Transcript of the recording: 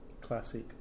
classic